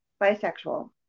bisexual